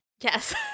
Yes